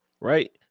right